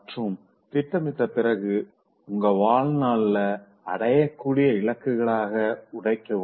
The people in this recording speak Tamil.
மற்றும் திட்டமிட்ட பிறகு உங்க வாழ்நாள அடையக்கூடிய இலக்குகளாக உடைக்கவும்